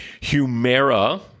Humera